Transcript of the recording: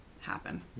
happen